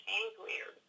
angrier